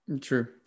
True